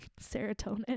serotonin